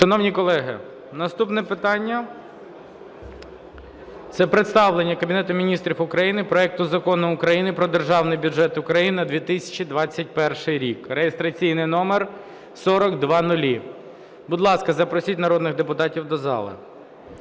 Шановні колеги, наступне питання – це представлення Кабінетом Міністрів України проекту Закону України "Про Державний бюджет України на 2021 рік" (реєстраційний номер 4000). Будь ласка, запросіть народних депутатів до зали.